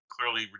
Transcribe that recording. clearly